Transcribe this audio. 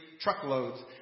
truckloads